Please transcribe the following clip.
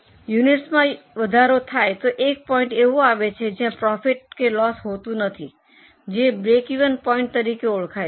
યુનિટસમાં વધારો થાય ત્યારે એક પોઇન્ટ એવો આવે છે જ્યાં પ્રોફિટ કે લોસ હોતું નથી જે બ્રેકિવન પોઇન્ટ તરીકે ઓળખાય છે